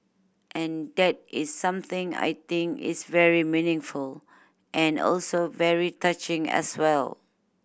and that is something I think is very meaningful and also very touching as well